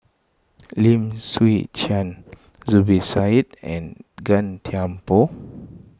Lim Chwee Chian Zubir Said and Gan Thiam Poh